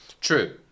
True